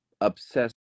Obsessed